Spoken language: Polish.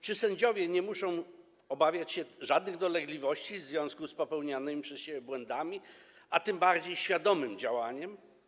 Czy sędziowie nie muszą obawiać się żadnych dolegliwości w związku z popełnianymi przez siebie błędami, a tym bardziej świadomym działaniem?